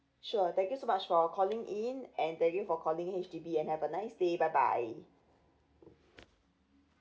sure thank you so much for calling in and thank you for calling H_D_B and have a nice day bye bye